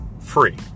free